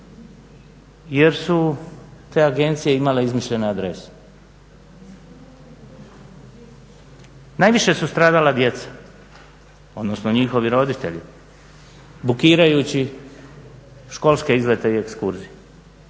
jer su te agencije imale izmišljene adrese. Najviše su stradala djeca, odnosno njihovi roditelji bookirajući školske izlete i ekskurzije